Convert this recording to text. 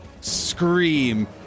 scream